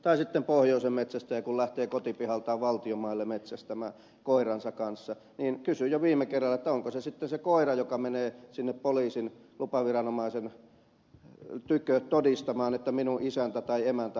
tai sitten jos on pohjoisen metsästäjä joka lähtee kotipihaltaan valtion maille metsästämään koiransa kanssa kysyin tämän jo viime kerralla onko se sitten se koira joka menee sinne poliisin lupaviranomaisen tykö todistamaan että minun isäntäni tai emäntäni harrastaa metsästystä